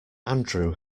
andrew